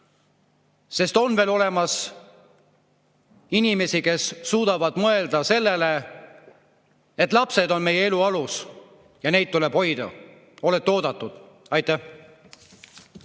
sest on veel olemas inimesi, kes suudavad mõelda sellele, et lapsed on meie elu alus ja neid tuleb hoida. Olete oodatud. Aitäh!